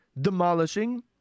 demolishing